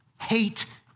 Hate